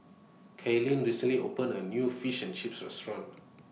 Kaylynn recently opened A New Fish and Chips Restaurant